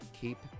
keep